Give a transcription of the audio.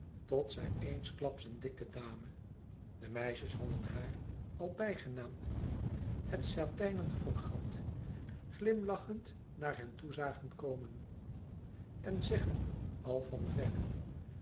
tot zij eensklaps een dikke dame de meisjes hadden haar al bijgenaamd het satijnen fregat glimlachend naar hen toe zagen komen en zeggen al van verre